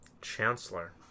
Chancellor